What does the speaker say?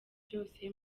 byose